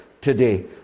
today